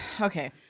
okay